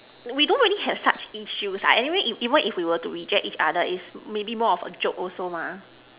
we don't really have such issues ah anyway if even if we were to reject each other it's maybe more of a joke also mah